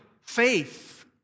faith